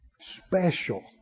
Special